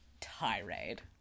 tirade